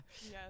Yes